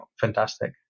fantastic